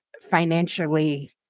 financially